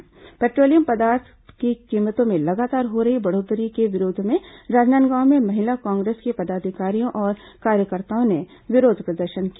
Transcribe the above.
petroleum पदार्थों की कीमतों में लगातार हो रही बढ़ोत्तरी के विरोध में राजनांदगांव में महिला कांग्रेस के पदाधिकारियों और कार्यकर्ताओं ने विरोध प्रदर्शन किया